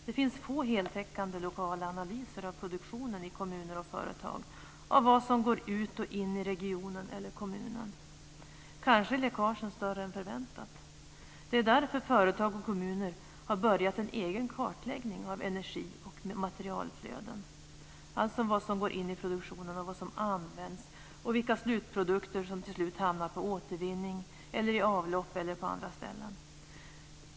Det finns få heltäckande lokala analyser av produktionen i kommuner och företag, av vad som går ut ur och in i regionen eller kommunen. Kanske är läckagen större än förväntat. Det är därför som företag och kommuner har börjat en egen kartläggning av energi och materialflöden, alltså av vad som går in i produktionen och vad som används och vilka slutprodukter som till slut hamnar i återvinning, i avlopp eller på andra ställen.